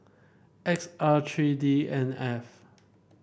X R three D N F